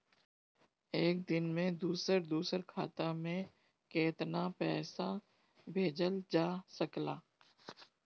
एक दिन में दूसर दूसर खाता में केतना पईसा भेजल जा सेकला?